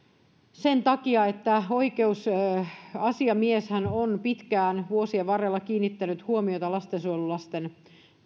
sen takia että oikeusasiamieshän on pitkään vuosien varrella kiinnittänyt huomiota lastensuojelulasten